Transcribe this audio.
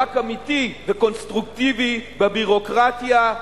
מאבק אמיתי וקונסטרוקטיבי בביורוקרטיה,